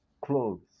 clothes